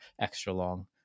extra-long